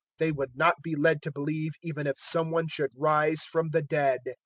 they would not be led to believe even if some one should rise from the dead